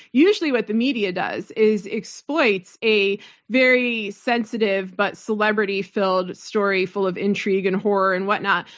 usually, what the media does is exploit a very sensitive, but celebrity-filled story full of intrigue and horror and whatnot,